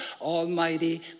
almighty